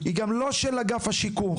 החברה; אפילו לא של אגף השיקום.